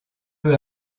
peu